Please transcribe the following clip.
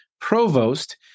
provost